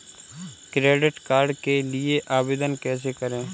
Credit card के लिए आवेदन कैसे करें?